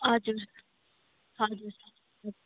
हजुर हजुर